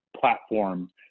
platform